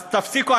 אז תפסיקו.